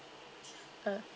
ah